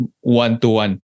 one-to-one